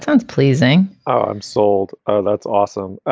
sounds pleasing ah um sold. oh, that's awesome.